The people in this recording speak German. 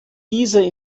diese